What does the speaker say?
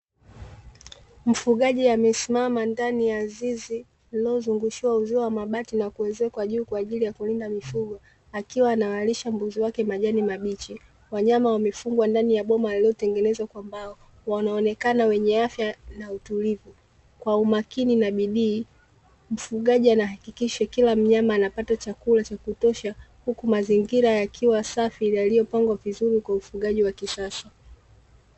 Mfugaji amesimama ndani ya zizi lililozungushiwa uzio mabati na kuezekwa juu kwa ajili ya kulinda mifugo, akiwa anawalisha mbuzi wake majani mabichi, wanyama wamefungwa ndani ya boma lililotengenezwa kwa mbao, wanaonekana wenye afya na utulivu, kwa umakini na bidii mfugaji anahakikisha kila mnyama anapata chakula cha kutosha huku mazingira yakiwa safi na yaliyopangwa vizuri kwa ufugaji wa kisasa.